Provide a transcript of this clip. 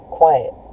quiet